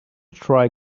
try